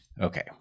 Okay